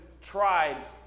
tribes